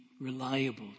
reliable